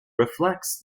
reflects